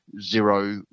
zero